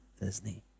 disney